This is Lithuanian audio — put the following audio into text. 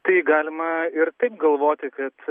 tai galima ir taip galvoti kad